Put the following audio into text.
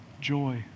Joy